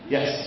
Yes